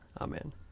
Amen